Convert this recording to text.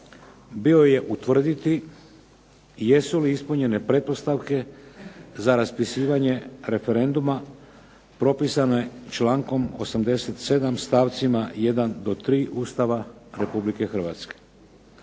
bio je utvrditi jesu li ispunjene pretpostavke za raspisivanje referenduma propisane člankom 87. stavcima 1. do 3. Ustava Republike Hrvatske.